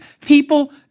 people